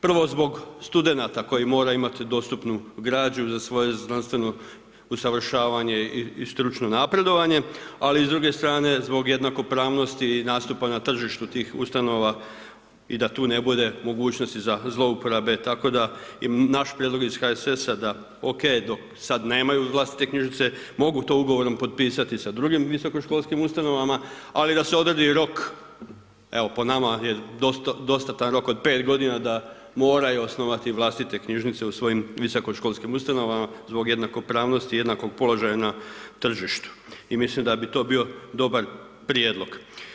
Prvo zbog studenata koji moraju imati dostupnu građu za svoje znanstveno usavršavanje i stručno napredovanje, ali s druge strane, zbog jednakopravnosti nastupa na tržištu tih ustanova i da tu ne bude mogućnosti za zlouporabe, tako da, naš prijedlog iz HSS-a, da, ok, sad nemaju vlastite knjižnice, mogu to ugovorom potpisati sa drugim visokoškolskim ustanova, ali da se odredi rok, evo, po nama je dostatan rok od 5 godina da moraju osnovati vlastite knjižnice u svojim visokoškolskim ustanovama zbog jednakopravnosti i jednakog položaja na tržištu i mislim da bi to bio dobar prijedlog.